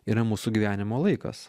yra mūsų gyvenimo laikas